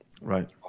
Right